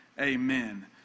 Amen